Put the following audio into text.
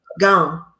gone